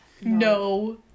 No